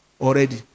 already